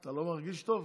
אתה לא מרגיש טוב?